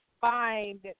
find